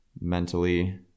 mentally